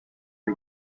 y’u